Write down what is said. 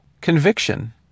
conviction